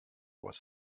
was